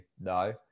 No